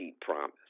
promise